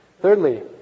thirdly